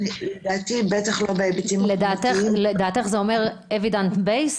לדעתי בטח לא --- לדעתך זה אומר Evidence based?